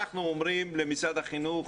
אנחנו אומרים למשרד החינוך: